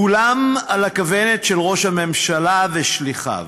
כולם על הכוונת של ראש הממשלה ושליחיו,